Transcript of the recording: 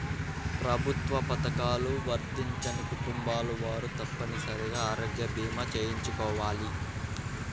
ప్రభుత్వ పథకాలు వర్తించని కుటుంబాల వారు తప్పనిసరిగా ఆరోగ్య భీమా చేయించుకోవాలి